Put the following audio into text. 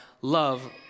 love